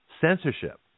Censorship